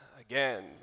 again